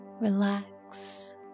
relax